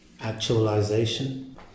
actualization